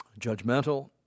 judgmental